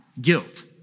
guilt